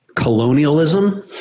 colonialism